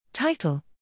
Title